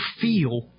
feel